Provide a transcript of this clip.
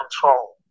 control